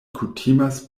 kutimas